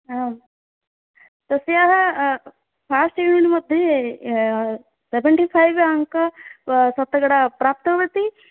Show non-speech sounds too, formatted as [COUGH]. आं तस्याः first unit मध्ये सेवण्टि फ़ैव् अङ्कं [UNINTELLIGIBLE] प्राप्तवती